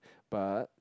but